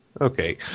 okay